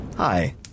Hi